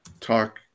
talk